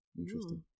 Interesting